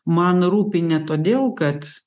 man rūpi ne todėl kad